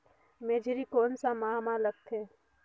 मेझरी कोन सा माह मां लगथे